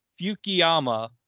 Fukuyama